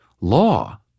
law